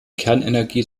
kernenergie